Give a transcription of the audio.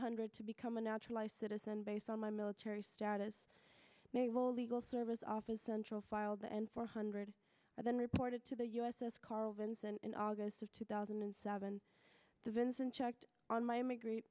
hundred to become a naturalized citizen based on my military status may well legal services office central filed and four hundred but then reported to the u s s carl vinson in august of two thousand and seven to vince and checked on my immigrate